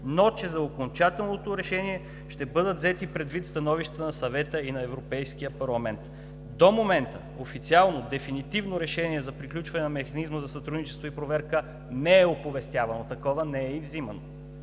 но за окончателното решение ще бъдат взети предвид становищата на Съвета и на Европейския парламент. До момента официално дефинитивно решение за приключване на Механизма за сътрудничество и проверка не е оповестявано, такова не е и взимано.